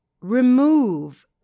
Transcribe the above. remove